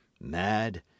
mad